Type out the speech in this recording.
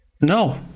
No